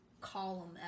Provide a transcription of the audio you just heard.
column